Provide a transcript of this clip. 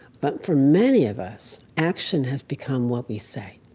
but for many of us, action has become what we say.